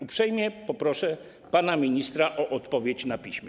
Uprzejmie poproszę pana ministra o odpowiedź na piśmie.